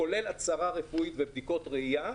כולל הצהרה רפואית ובדיקות ראייה.